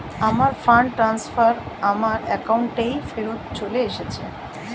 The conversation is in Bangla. আমার ফান্ড ট্রান্সফার আমার অ্যাকাউন্টেই ফেরত চলে এসেছে